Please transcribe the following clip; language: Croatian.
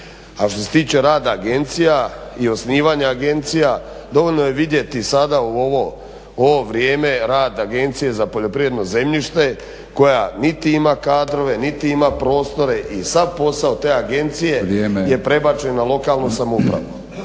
A što se tiče rada agencija i osnivanja agencija, dovoljno je vidjeti sada u ovo vrijeme rad Agencije za poljoprivredno zemljište koja niti ima kadrove, niti ima prostore i sav posao te agencije je prebačen na lokalnu samoupravu